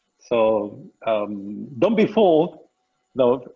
so um don't be fooled though.